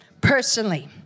personally